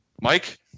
Mike